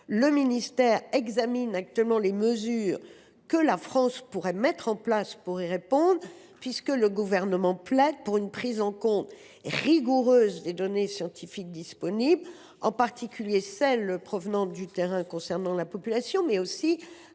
Le ministère examine actuellement les mesures que la France pourrait mettre en place pour y répondre. Le Gouvernement plaide pour une prise en compte rigoureuse des données scientifiques disponibles, en particulier de celles qui sont fournies par le terrain sur la population. Il est